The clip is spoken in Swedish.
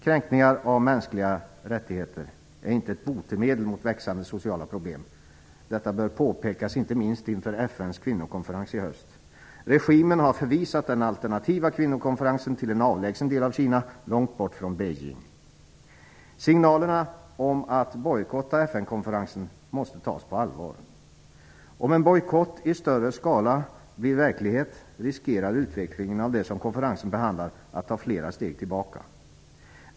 Kränkningar av mänskliga rätigheter är inte ett botemedel mot växande sociala problem. Detta bör påpekas inte minst inför FN:s kvinnokonferens i höst. Regimen har förvisat den alternativa kvinnokonferensen till en avlägsen del av Kina långt bort från Signalerna om att bojkotta FN-konferensen måste tas på allvar. Om en bojkott i större skala blir verklighet riskerar utvecklingen av det som konferensen behandlar att ta flera steg tillbaka.